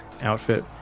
outfit